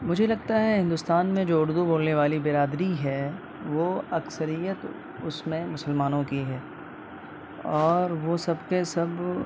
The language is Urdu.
مجھے لگتا ہے ہندوستان میں جو اردو بولنے والی برادری ہے وہ اکثریت اس میں مسلمانوں کی ہے اور وہ سب کے سب